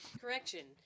Correction